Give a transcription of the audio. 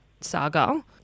saga